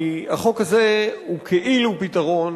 כי החוק הזה הוא כאילו פתרון,